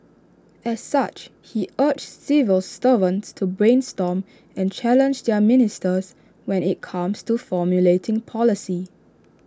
as such he urged civil servants to brainstorm and challenge their ministers when IT comes to formulating policy